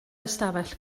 ystafell